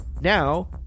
Now